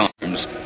Arms